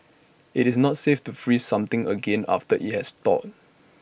IT is not safe to freeze something again after IT has thawed